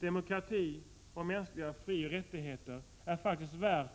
Demokrati och mänskliga frioch rättigheter är faktiskt värda